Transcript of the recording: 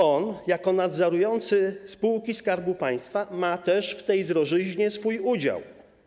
On jako nadzorujący spółki Skarbu Państwa ma też w tej drożyźnie swój udział.